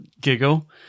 giggle